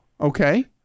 okay